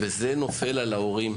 וזה נופל על ההורים.